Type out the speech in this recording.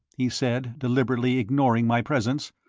he said, deliberately ignoring my presence.